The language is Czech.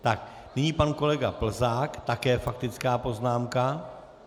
Tak, nyní pak kolega Plzák, také faktická poznámka.